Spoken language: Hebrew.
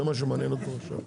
זה מה שמעניין אותו עכשיו.